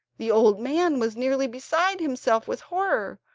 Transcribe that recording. the old man was nearly beside himself with horror,